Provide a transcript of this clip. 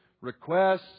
requests